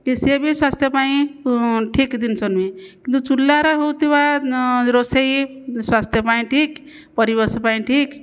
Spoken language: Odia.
କି ସେ ବି ସ୍ଵାସ୍ଥ୍ୟ ପାଇଁ ଠିକ୍ ଜିନିଷ ନୁହେଁ କିନ୍ତୁ ଚୁଲାରେ ହେଉଥିବା ରୋଷେଇ ସ୍ଵାସ୍ଥ୍ୟ ପାଇଁ ଠିକ୍ ପରିବେଶ ପାଇଁ ଠିକ୍